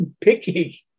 picky